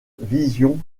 vision